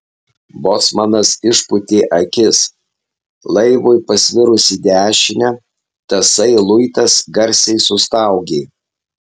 bocmanas išpūtė akis laivui pasvirus į dešinę tasai luitas garsiai sustaugė